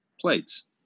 plates